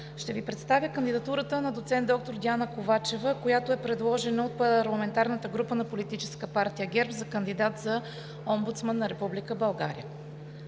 Ще Ви представя кандидатурата на доцент доктор Диана Ковачева, която е предложена от парламентарната група на Политическа партия ГЕРБ за кандидат за Омбудсман на